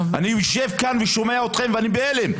אני יושב כאן ושומע אתכם ואני בהלם.